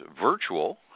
virtual